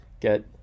get